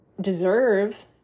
deserve